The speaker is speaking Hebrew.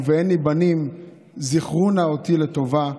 ובאין לי בנים זכרו נא אותי לטובה".